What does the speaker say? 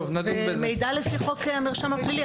מידע לפי חוק המרשם הפלילי.